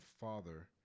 father